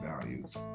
values